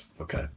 Okay